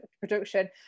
production